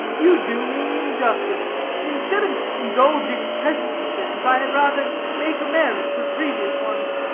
you do me injustice instead of indulging present suspicions, i had rather make amends for previous ones.